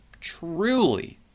truly